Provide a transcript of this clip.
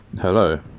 Hello